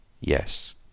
yes